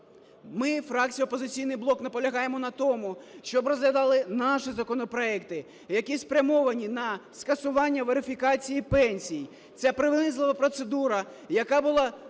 блок", наполягаємо на тому, щоб розглядали наші законопроекти, які спрямовані на скасування верифікації пенсій. Ця принизлива процедура, яка була